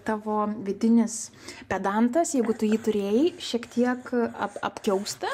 tavo vidinis pedantas jeigu tu jį turėjai šiek tiek ap apkiausta